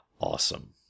awesome